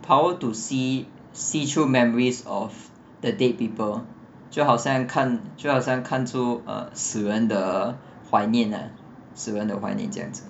power to see see through memories of the dead people 就好像看就好像看住 err 死人的怀念死人的怀念这样子